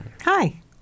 Hi